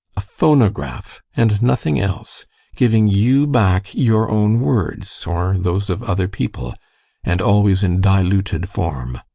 a phonograph, and nothing else giving you back your own words, or those of other people and always in diluted form.